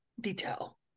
detail